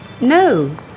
No